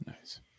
Nice